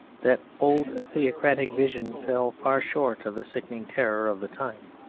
that old theocratic vision fell far short of the sickening terror of the time.